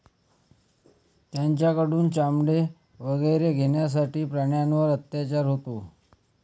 त्यांच्याकडून चामडे वगैरे घेण्यासाठी प्राण्यांवर अत्याचार होतो